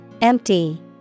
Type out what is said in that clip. Empty